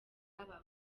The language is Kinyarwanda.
baba